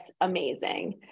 amazing